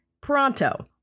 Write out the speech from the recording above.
pronto